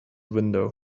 window